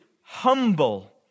humble